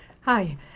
Hi